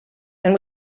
and